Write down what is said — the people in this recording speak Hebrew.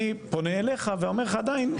אני פונה אליך ואומר לך עדיין,